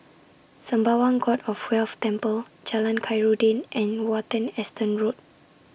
Sembawang God of Wealth Temple Jalan Khairuddin and Watten Estate Road